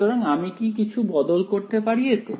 সুতরাং আমি কি কিছু বদল করতে পারি এতে